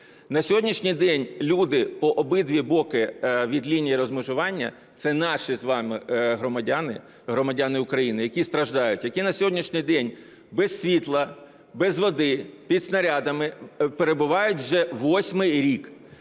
На сьогоднішній день люди по обидва боки від лінії розмежування – це наші з вами громадяни, громадяни України, які страждають, які на сьогоднішній день без світла, без води, під снарядами перебувають вже восьмий рік.